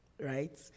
right